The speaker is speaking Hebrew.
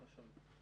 בבקשה.